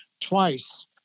twice